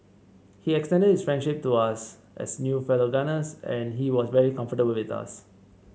he extended his friendship to us as new fellow gunners and he was very comfortable with us